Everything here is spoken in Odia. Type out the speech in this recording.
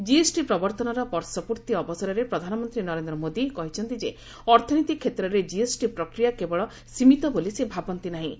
ଜିଏସ୍ଟି ପ୍ରବର୍ତ୍ତନର ବର୍ଷ ପୂର୍ତ୍ତି ଅବସରରେ ପ୍ରଧାନମନ୍ତ୍ରୀ ନରେନ୍ଦ୍ର ମୋଦି କହିଛନ୍ତି ଯେଅର୍ଥନୀତି କ୍ଷେତ୍ରରେ ଜିଏସ୍ଟି ପ୍ରକିୟା କେବଳ ସୀମିତ ବୋଲି ସେ ଭାବନ୍ତି ନାହିଁ